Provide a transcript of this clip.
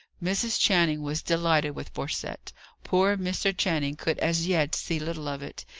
mrs. channing was delighted with borcette. poor mr. channing could as yet see little of it.